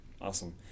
Awesome